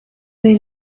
they